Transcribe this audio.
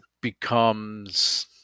becomes